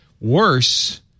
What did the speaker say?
Worse